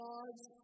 God's